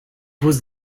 was